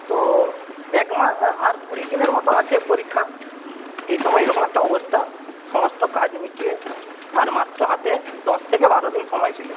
তো এক মা আর কুড়ি দিনের মতো আছে পরীক্ষা এইসময় এইরকম একটা অবস্থা সমস্ত কাজ মিটিয়ে আর মাত্র হাতে দশ থেকে বারো দিন সময় ছিল